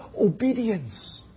obedience